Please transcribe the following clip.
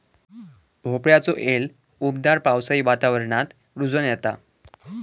भोपळ्याचो येल उबदार पावसाळी वातावरणात रुजोन येता